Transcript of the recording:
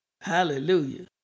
Hallelujah